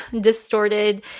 distorted